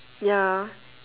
ya